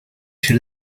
ser